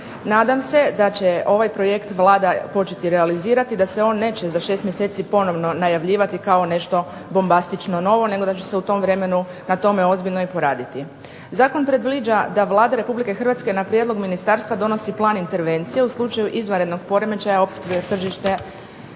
Nadam se da će ovaj projekt Vlada početi realizirati i da se on neće za 6 mjeseci ponovno najavljivati kao nešto bombastično novo, nego da će se u tom vremenu nešto ozbiljnije i poraditi. Zakon predviđa da Vlada Republike Hrvatske na prijedlog ministarstva donosi plan intervencije u slučaju izvanrednog poremećaja opskrbe tržišta